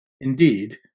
Indeed